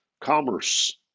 commerce